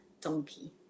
donkey